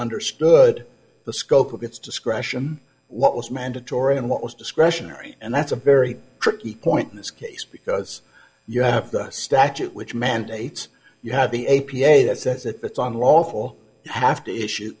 understood the scope of its discretion what was mandatory and what was discretionary and that's a very tricky coin in this case because you have a statute which mandates you have the a p a that says if it's on lawful have to issue